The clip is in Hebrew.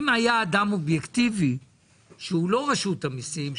אם היה אדם אובייקטיבי שהוא לא רשות המיסים,